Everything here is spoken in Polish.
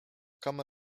kama